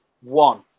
one